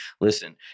Listen